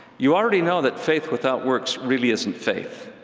you already know that faith without works really isn't faith.